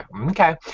Okay